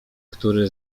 który